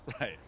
Right